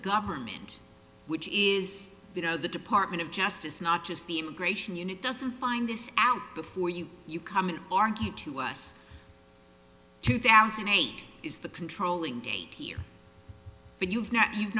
government which is you know the department of justice not just the immigration unit doesn't find this out before you you come and argue to us two thousand and eight is the controlling gate here but you've now he's